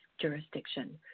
jurisdiction